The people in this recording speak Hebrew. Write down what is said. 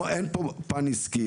פה אין פה פן עסקי,